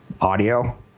audio